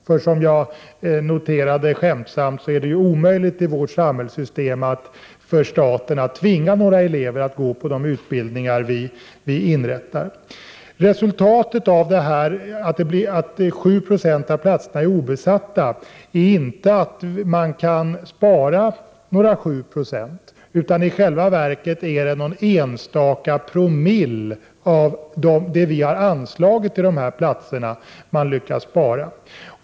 För, som jag skämtsamt noterade, i vårt samhällssystem är det ju omöjligt för staten att tvinga några elever att gå på de utbildningar som inrättas. Resultatet av att 7 20 av platserna är obesatta är inte att man kan spara några 7 Yo, utan i själva verket är det bara någon enstaka promille av det vi har anslagit till dessa platser som man lyckas spara.